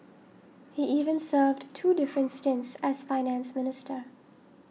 he even served two different stints as Finance Minister